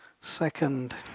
second